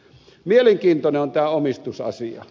mielenkiintoinen on tämä omistusasia